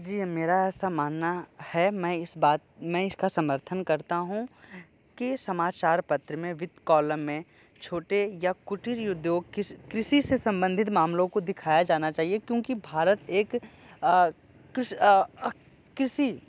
जी मेरा ऐसा मानना है मैं इस बात मैं इसका समर्थन करता हूँ की समाचार पत्र में विद कॉलम में छोटे या कुटीर उद्योग कृषि से संबधित मामलों को दिखाया जाना चाहिए क्योंकि भारत एक कृषि